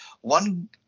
One